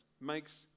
makes